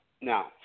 now